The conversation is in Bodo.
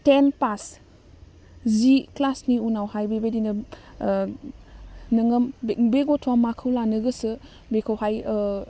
टेन फास जि क्लासनि उनावहाय बेबायदिनो नोङो बे बे गथ'वा माखौ लानो गोसो बेखौहाय